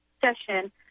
session